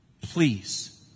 Please